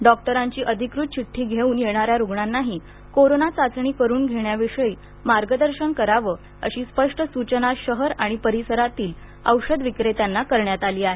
डॉक्टरांची अधिकृत चिट्ठी घेऊन येणाऱ्या रुग्णांनाही कोरोना चाचणी करून घेण्याविषयी मार्गदर्शन करावं अशी स्पष्ट सूचना शहर आणि परिसरातील औषध विक्रेत्यांना करण्यात आली आहे